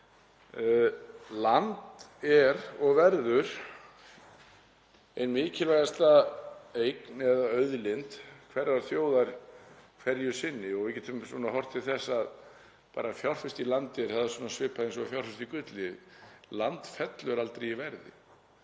Land er og verður ein mikilvægasta eign eða auðlind hverrar þjóðar hverju sinni og við getum horft til þess að það að fjárfesta í landi er svipað og fjárfesting í gulli. Land fellur aldrei í verði